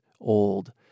old